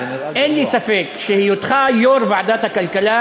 ואין לי ספק שהיותך יושב-ראש ועדת הכלכלה,